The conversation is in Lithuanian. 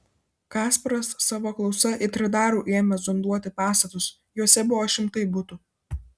kasparas savo klausa it radaru ėmė zonduoti pastatus juose buvo šimtai butų